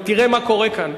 תראה מה קורה כאן.